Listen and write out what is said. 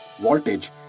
Voltage